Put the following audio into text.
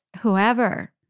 whoever